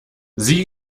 sieh